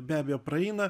be abejo praeina